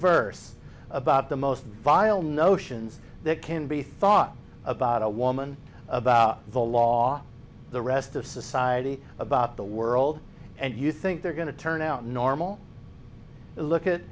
verse about the most vile notions that can be thought about a woman about the law the rest of society about the world and you think they're going to turn out normal look at